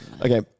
Okay